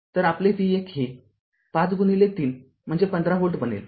तर आपले v१ हे ५ गुणिले ३ म्हणजे १५ व्होल्ट बनेल